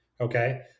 Okay